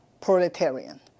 proletarian